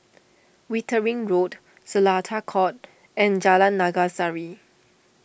Wittering Road Seletar Court and Jalan Naga Sari